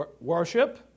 Worship